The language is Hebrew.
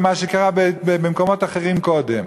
למה שקרה במקומות אחרים קודם,